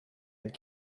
had